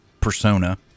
persona